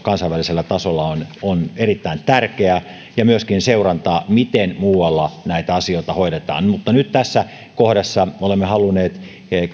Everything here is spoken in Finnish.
kansainvälisellä tasolla on on erittäin tärkeää ja myöskin seuranta miten muualla näitä asioita hoidetaan mutta nyt tässä kohdassa olemme halunneet